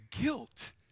guilt